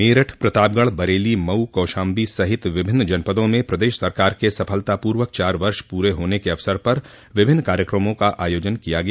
मेरठ प्रतापगढ़ बरेली मऊ कौशाम्बी सहित विभिन्न जनपदों में प्रदेश सरकार के सफलतापूर्वक चार वर्ष पूरे होने के अवसर पर विभिन्न कार्यक्रमों का आयोजन किया गया